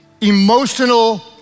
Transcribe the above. emotional